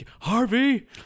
Harvey